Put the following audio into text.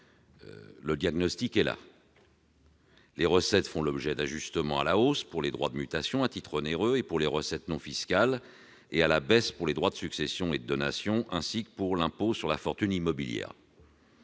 Il écrit :« Les recettes font l'objet d'ajustements à la hausse pour les droits de mutation à titre onéreux et pour les recettes non fiscales et à la baisse pour les droits de succession et de donation ainsi que pour l'impôt sur la fortune immobilière.